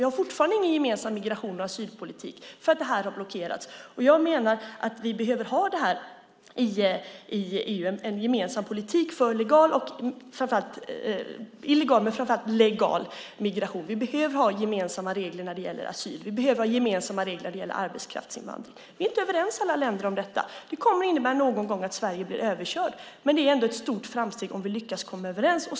Vi har fortfarande ingen gemensam migrations och asylpolitik eftersom besluten har blockerats. Jag menar att vi behöver ha en gemensam politik i EU i fråga om illegal och legal migration. Vi behöver ha gemensamma regler när det gäller asyl. Vi behöver ha gemensamma regler när det gäller arbetskraftsinvandring. Alla länder är inte överens. Det kommer att innebära att Sverige någon gång kommer att bli överkört, men det är ändå ett stort framsteg om vi lyckas komma överens.